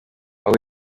aho